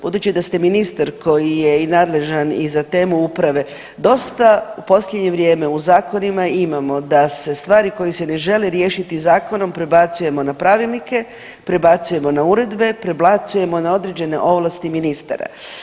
Budući da ste ministar koji je i nadležan i za temu uprave dosta u posljednje vrijeme u zakonima imamo da se stvari koje se ne žele riješiti zakonom prebacujemo na pravilnike, prebacujemo na uredbe, prebacujemo na određene ovlasti ministara.